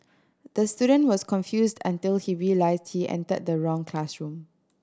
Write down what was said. the student was confused until he realised he entered the wrong classroom